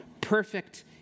perfect